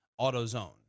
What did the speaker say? AutoZone